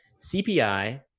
CPI